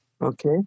Okay